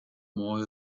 more